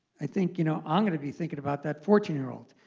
i think you know i'm going to be thinking about that fourteen year old.